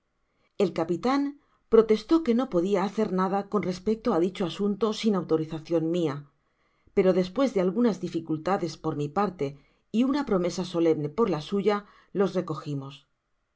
el capitan prelestó que no podia hacer nada con respecto á dicho asunto sin autorizacion mia pero despues de algunas dificultades por mi parte y una promesa solemne por la suya los recogimos